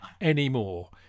anymore